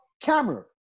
camera